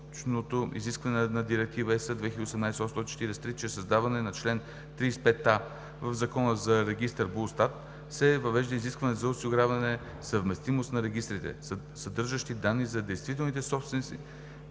изискване на Директива ЕС 2018/843 чрез създаването на чл. 35а в Закона за регистър БУЛСТАТ се въвежда изискване за осигуряване съвместимост на регистрите, съдържащи данни за действителните собственици